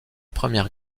première